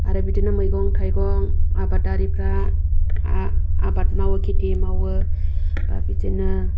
आरो बिदिनो मैगं थायगं आबादारिफोरा आबाद मावो खेथि मावो ओमफ्राय बिदिनो